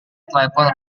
telepon